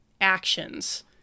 actions